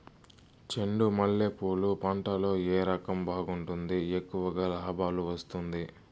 చెండు మల్లె పూలు పంట లో ఏ రకం బాగుంటుంది, ఎక్కువగా లాభాలు వస్తుంది?